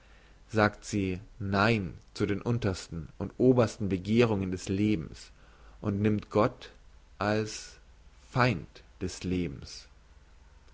sagt sie nein zu den untersten und obersten begehrungen des lebens und nimmt gott als feind des lebens